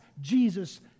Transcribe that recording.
Jesus